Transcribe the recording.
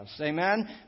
Amen